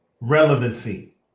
relevancy